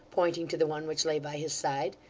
pointing to the one which lay by his side,